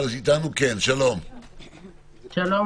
שלום,